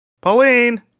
Pauline